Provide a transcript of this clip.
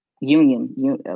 union